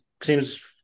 seems